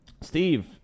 Steve